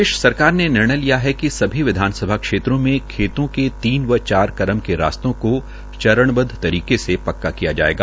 प्रदेश सरकार ने निर्णय लिया है कि विधानसभा क्षेत्रों में खेतों के तीन व चार करम के रास्तों को चरणबदव तरीके से पक्का किया जायेगा